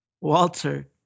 Walter